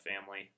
family